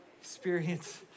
experience